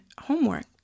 homework